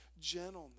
Gentleness